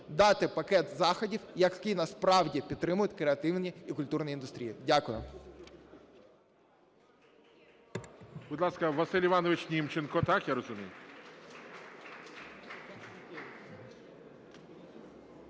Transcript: дати пакет заходів, який насправді підтримує креативні і культурні індустрії. Дякую.